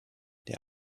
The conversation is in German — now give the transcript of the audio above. der